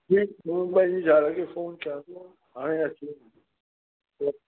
मूं पंहिंजी ज़ाल खे फोन कयां थो हाणे ई अची वेंदी